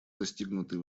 достигнутый